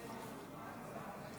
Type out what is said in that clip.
אין